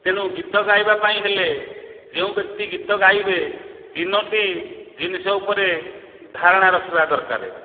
ତେଣୁ ଗୀତ ଗାଇବା ପାଇଁ ହେଲେ ଯେଉଁ ବ୍ୟକ୍ତି ଗୀତ ଗାଇବେ ତିନୋଟି ଜିନିଷ ଉପରେ ଧାରଣା ରଖିବା ଦରକାରେ